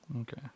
Okay